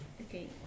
okay